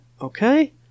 Okay